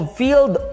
field